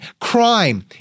crime